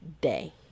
day